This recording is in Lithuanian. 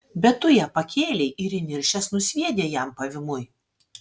bet tu ją pakėlei ir įniršęs nusviedei jam pavymui